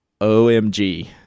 OMG